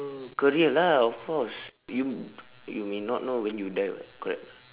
career lah of course you you may not know when you die [what] correct